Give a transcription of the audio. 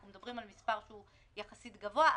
אנחנו מדברים על מספר שהוא יחסית גבוה.